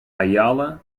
ayala